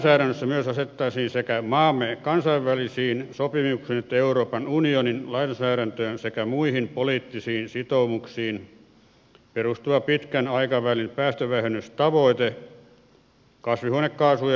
lainsäädännössä myös asetettaisiin sekä maamme kansainvälisiin sopimuksiin että euroopan unionin lainsäädäntöön sekä muihin poliittisiin sitoumuksiin perustuva pitkän aikavälin päästövähennystavoite kasvihuonekaa sujen osalta